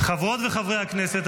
חברות וחברי הכנסת,